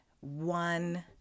one